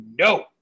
no